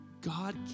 God